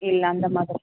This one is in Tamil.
இல்லை அந்தமாதிரி